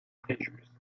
fréjus